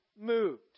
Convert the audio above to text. moved